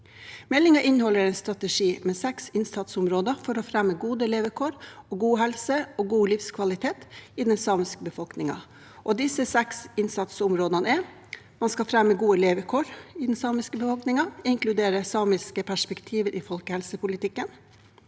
Meldingen inneholder en strategi med seks innsatsområder for å fremme gode levekår, god helse og god livskvalitet i den samiske befolkningen. Disse seks innsatsområdene er: Man skal fremme gode levekår i den samiske befolkningen og inkludere samiske perspektiver i folkehelsepolitikken.